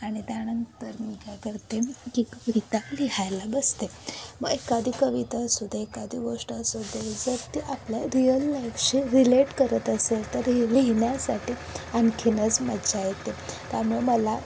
आणि त्यानंतर मी काय करते की कविता लिहायला बसते मग एखादी कविता असू दे एखादी गोष्ट असू दे जर ती आपल्या रिअल लाईफशी रिलेट करत असेल तर लिहिण्यासाठी आणखीनच मजा येते त्यामुळे मला